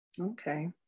okay